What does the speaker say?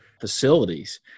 facilities